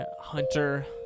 Hunter